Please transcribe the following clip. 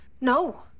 No